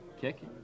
kick